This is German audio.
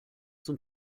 zum